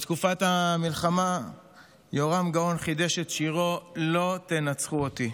בתקופת המלחמה יהורם גאון חידש את שירו "לא תנצחו אותי".